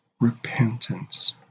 repentance